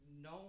No